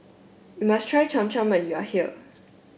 you must try Cham Cham when you are here